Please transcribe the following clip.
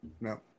no